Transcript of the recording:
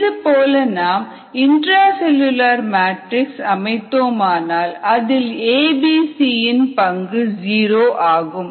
இதுபோல நாம் intra cellular matrix அமைத்தோம் ஆனால் அதில் ABC இன் பங்கு ஜீரோ ஆகும்